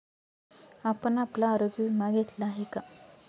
आपण आपला आरोग्य विमा घेतला आहे का?